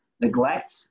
neglect